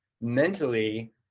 mentally